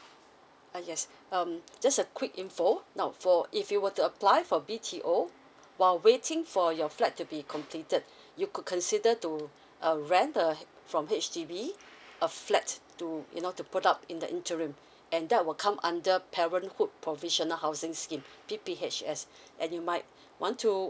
uh yes um just a quick info now for if you were to apply for B_T_O while waiting for your flat to be completed you could consider to uh rent a from H_D_B a flat to you know to put up in the interim and that will come under parenthood provisional housing scheme P_P_H_S and you might want to